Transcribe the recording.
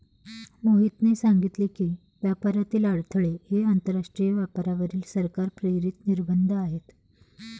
मोहितने सांगितले की, व्यापारातील अडथळे हे आंतरराष्ट्रीय व्यापारावरील सरकार प्रेरित निर्बंध आहेत